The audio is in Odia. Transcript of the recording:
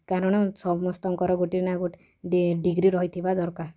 କାରଣ ସମସ୍ତଙ୍କର ଗୋଟିଏ ନା ଗୋଟେ ଡିଗ୍ରୀ ରହିଥିବା ଦର୍କାର୍